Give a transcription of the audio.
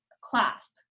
clasp